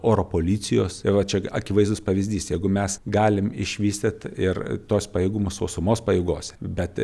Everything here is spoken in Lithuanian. oro policijos va čia akivaizdus pavyzdys jeigu mes galim išvystyt ir tuos pajėgumus sausumos pajėgose bet